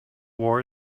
war